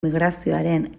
migrazioaren